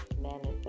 manifest